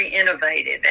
innovative